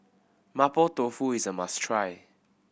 Mapo Tofu is a must try